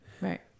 Right